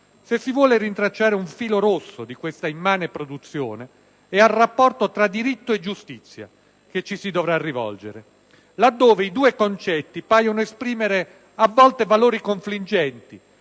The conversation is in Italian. Se si vuole rintracciare un filo rosso di questa immane produzione, è al rapporto tra diritto e giustizia che ci si dovrà rivolgere. Laddove i due concetti paiono esprimere a volte valori confliggenti,